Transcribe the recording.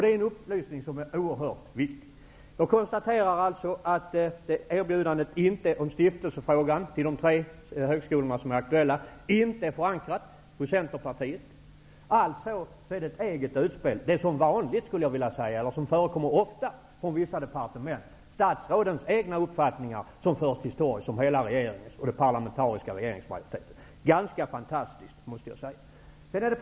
Det är en upplysning som är oerhört viktig. Jag konstaterar att stiftelsefrågan inte är förankrad i Centerpartiet. Alltså är det ett eget utspel, vilket förekommer ofta från olika departement, dvs. att statsrådens egna uppfattningar förs till torgs som hela regeringens och den parlamentariska regeringsmajoritetens uppfattning. Det är ganska fantastiskt.